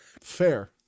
Fair